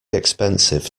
expensive